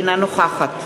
אינה נוכחת